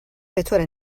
بطور